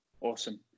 Awesome